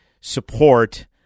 support